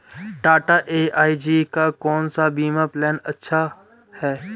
Tata AIG का कौन सा बीमा प्लान अच्छा है?